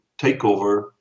takeover